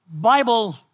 Bible